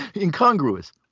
incongruous